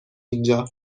اینجا